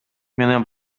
менен